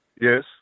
Yes